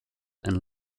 and